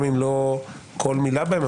גם אם לא מילה בהם,